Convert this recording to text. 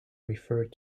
referred